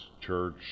church